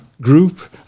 group